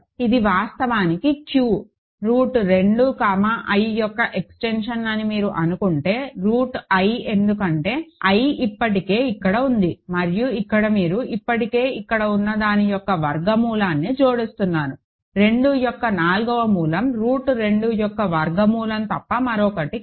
ఇది వాస్తవానికి Q root 2 i యొక్క ఎక్స్టెన్షన్ అని మీరు అనుకుంటే రూట్ i ఎందుకంటే i ఇప్పటికే అక్కడ ఉంది మరియు ఇక్కడ మీరు ఇప్పటికే ఇక్కడ ఉన్న దాని యొక్క వర్గమూలాన్ని జోడిస్తున్నారు 2 యొక్క నాల్గవ మూలం రూట్ 2 యొక్క వర్గమూలం తప్ప మరొకటి కాదు